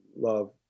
love